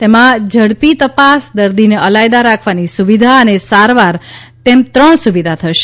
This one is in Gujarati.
તેમાં ઝડપી તપાસ દર્દીને અલાયદા રાખવાની સુવિધા અને સારવાર અને ત્રણ સુવિધા થશે